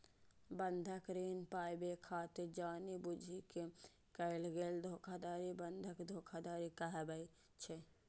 बंधक ऋण पाबै खातिर जानि बूझि कें कैल गेल धोखाधड़ी बंधक धोखाधड़ी कहाबै छै